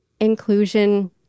Inclusion